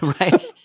Right